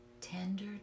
Tender